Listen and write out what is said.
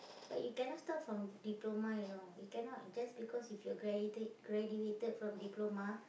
but you cannot start from diploma you know you cannot just because if you graduated graduated from diploma